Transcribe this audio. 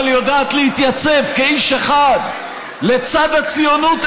אבל היא יודעת להתייצב כאיש אחד לצד הציונות,